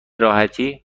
راحتی